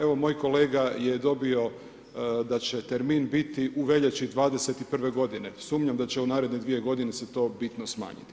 Evo, moj kolega je dobio da će termin biti u veljači '21. g. Sumnjam da će u naredne 2 g. to se bitno smanjiti.